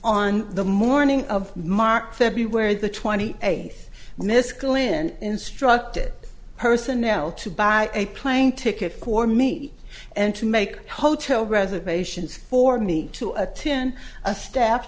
on the morning of march february the twenty eighth and miss glynn instructed personnel to buy a plane ticket for me and to make hotel reservations for me to attend a st